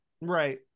Right